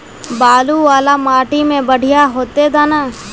बालू वाला माटी में बढ़िया होते दाना?